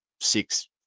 six